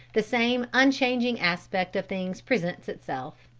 the same unchanging aspect of things presents itself.